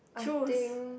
I think